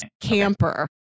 Camper